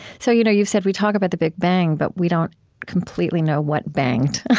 so you know you've said, we talk about the big bang, but we don't completely know what banged,